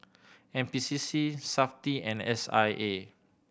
N P C C Safti and S I A